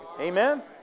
Amen